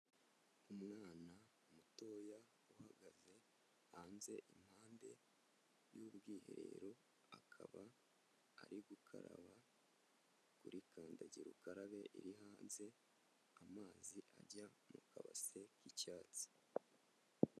Umwana mutoya uhagaze hanze, impande y'ubwiherero, akaba ari gukaraba kuri kandagirukarabe iri hanze, amazi ajya mu kabase k'icyatsi.